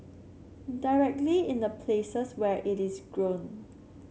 directly in the places where it is grown